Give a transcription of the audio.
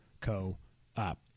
co-op